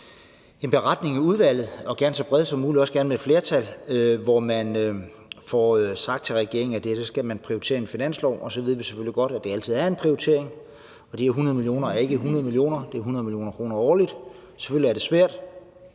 en beretning i udvalget – gerne så bredt som muligt og gerne med et flertal – hvor man får sagt til regeringen, at det her skal man prioritere i en finanslov. Så ved vi selvfølgelig godt, at det altid er en prioritering, og at de her 100 mio. kr. ikke bare er 100 mio. kr. – det er 100 mio. kr. årligt. Selvfølgelig er det svært,